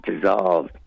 dissolved